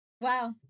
Wow